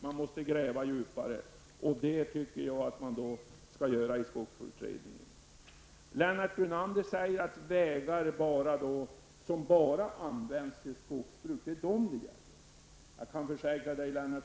Man måste gräva djupare, vilket jag anser att man bör göra i skogsvårdsutredningen. Lennart Brunander sade att detta gäller enbart de vägar som används för skogsbruk. Jag kan försäkra att det inte